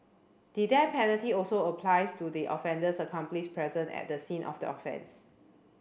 the death penalty also applies to the offender's accomplice present at the scene of the offence